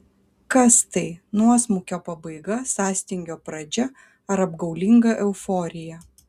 kas tai nuosmukio pabaiga sąstingio pradžia ar apgaulinga euforija